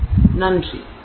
நன்றி